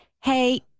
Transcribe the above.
hey